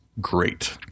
Great